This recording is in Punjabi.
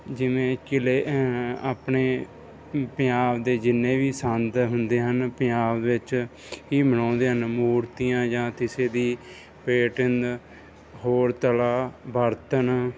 ਜਿਵੇਂ ਕਿਲ੍ਹੇ ਆਪਣੇ ਪੰਜਾਬ ਦੇ ਜਿੰਨੇ ਵੀ ਸੰਦ ਹੁੰਦੇ ਹਨ ਪੰਜਾਬ ਵਿੱਚ ਹੀ ਬਣਾਉਂਦੇ ਹਨ ਮੂਰਤੀਆਂ ਜਾਂ ਕਿਸੇ ਦੀ ਪੇਂਟਿੰਗ ਹੋਰ ਕਲਾ ਬਰਤਨ